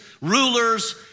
rulers